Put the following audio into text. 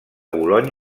boulogne